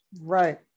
Right